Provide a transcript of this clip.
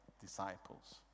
disciples